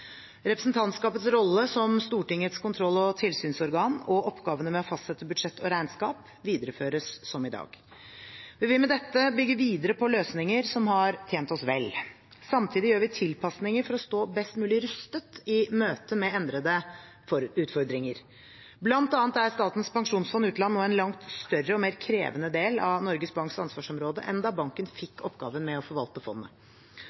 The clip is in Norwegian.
Representantskapets rolle som Stortingets kontroll- og tilsynsorgan og oppgavene med å fastsette budsjett og regnskap videreføres som i dag. Vi vil med dette bygge videre på løsninger som har tjent oss vel. Samtidig gjør vi tilpasninger for å stå best mulig rustet i møte med endrede utfordringer. Blant annet er Statens pensjonsfond utland nå en langt større og mer krevende del av Norges Banks ansvarsområde enn da banken fikk oppgaven med å forvalte fondet.